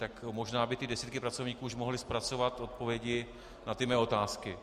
Tak možná by ty desítky pracovníků už mohly zpracovat odpovědi na mé otázky.